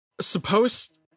supposed